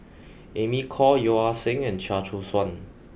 Amy Khor Yeo Ah Seng and Chia Choo Suan